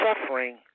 suffering